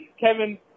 Kevin